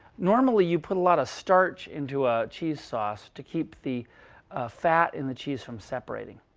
normally you put a lot of starch into a cheese sauce to keep the fat in the cheese from separating.